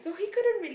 oh he couldn't really